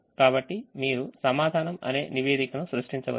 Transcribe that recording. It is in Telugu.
కాబట్టి మీరు సమాధానం అనే నివేదికను సృష్టించవచ్చు